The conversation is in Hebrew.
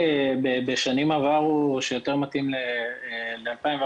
הגבוהים בשיחות לחו"ל ללקוחות מזדמנים.